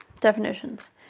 definitions